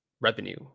revenue